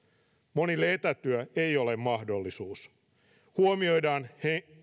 monille etätyö ei ole mahdollisuus huomioidaan